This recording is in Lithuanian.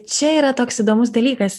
čia yra toks įdomus dalykas